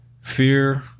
Fear